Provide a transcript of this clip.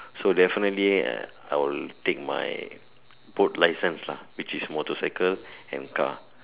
so definitely I will take my both license lah which is motorcycle and car